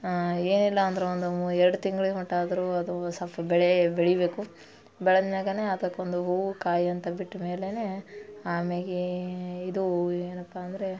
ಏನಿಲ್ಲ ಅಂದರೂ ಒಂದು ಮು ಎರಡು ತಿಂಗ್ಳಿಗೆ ಮಟ್ಟ ಆದರೂ ಅದು ಸ್ವಲ್ಪ ಬೆಳೆ ಬೆಳಿಬೇಕು ಬೆಳದ ಮ್ಯಾಲನೆ ಅದಕ್ಕೊಂದು ಹೂವು ಕಾಯಿ ಅಂತ ಬಿಟ್ಮೇಲೆಯೇ ಆಮ್ಯಾಲೇ ಇದು ಏನಪ್ಪ ಅಂದರೆ